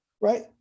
right